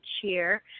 cheer